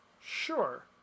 Sure